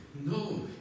No